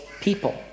people